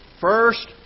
First